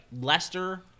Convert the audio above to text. Lester